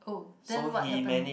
oh then what happened